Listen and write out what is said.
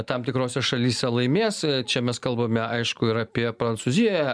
tam tikrose šalyse laimės čia mes kalbame aišku ir apie prancūzijoje